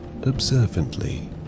observantly